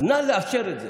אז נא לאפשר את זה.